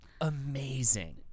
amazing